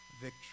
victory